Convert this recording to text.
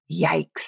Yikes